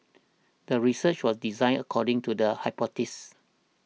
the research was designed according to the hypothesis